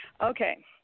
Okay